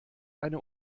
eine